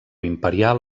imperial